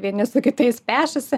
vieni su kitais pešasi